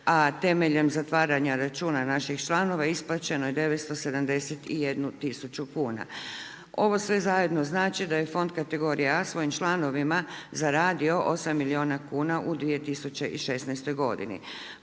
a temeljem zatvaranja računa naših članova isplaćeno je 971 tisuća kuna. Ovo sve zajedno znači da je fond kategorije A svojim članovima zaradio 8 milijuna kuna u 2016. godini.